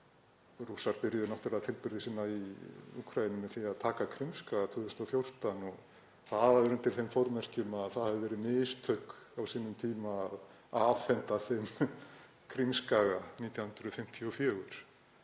Rússar byrjuðu náttúrlega tilburði sína í Úkraínu með því að taka Krímskaga 2014. Það var undir þeim formerkjum að það hefðu verið mistök á sínum tíma að afhenda þeim Krímskaga 1954.